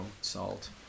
salt